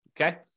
Okay